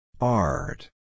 Art